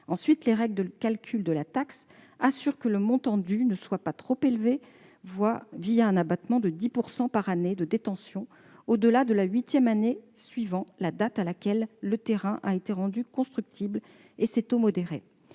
Ensuite, les règles de calcul de la taxe assurent que le montant dû ne soit pas trop élevé, un abattement de 10 % par année de détention au-delà de la huitième année suivant la date à laquelle le terrain a été rendu constructible, avec des taux modérés.